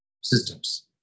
systems